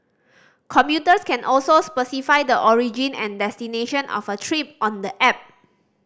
commuters can also specify the origin and destination of a trip on the app